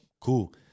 Cool